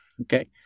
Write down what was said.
Okay